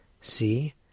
See